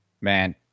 man